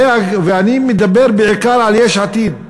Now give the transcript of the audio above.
אני מדבר בעיקר על יש עתיד.